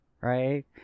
right